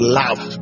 love